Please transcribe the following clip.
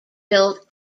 built